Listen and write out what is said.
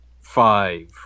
five